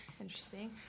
Interesting